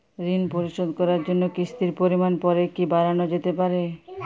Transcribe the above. ঋন পরিশোধ করার জন্য কিসতির পরিমান পরে কি বারানো যেতে পারে?